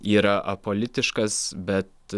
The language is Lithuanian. yra apolitiškas bet